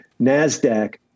NASDAQ